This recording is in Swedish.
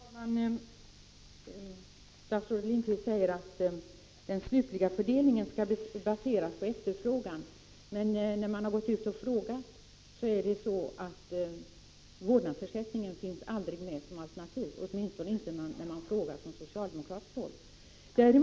Herr talman! Statsrådet Lindqvist säger att den slutliga fördelningen skall baseras på efterfrågan. Men när man går ut och frågar finns vårdnadsersättningen aldrig med som alternativ, åtminstone inte när man frågar på socialdemokratiskt håll.